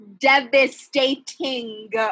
devastating